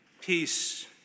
peace